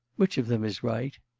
which of them is right?